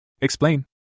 Explain